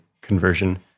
conversion